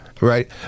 right